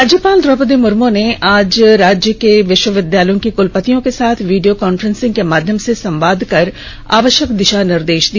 राज्यपाल द्रौपदी मुर्मू ने आज राज्य के विष्वविद्यालयों के कुलपतियों के साथ वीडियो कॉन्फ्रेंसिंग के माध्यम से संवाद कर आवष्यक दिषा निर्देष दिया